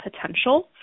potential